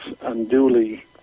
unduly